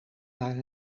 naar